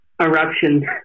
eruption